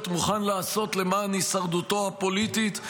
מוכן לעשות למען הישרדותו הפוליטית.